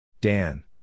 Dan